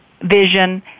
vision